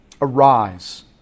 Arise